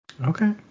okay